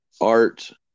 art